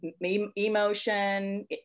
emotion